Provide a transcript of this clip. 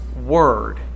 word